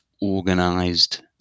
organized